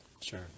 Sure